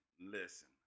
listen